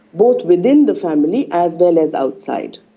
both within the family as well as outside.